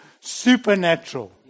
supernatural